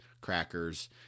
crackers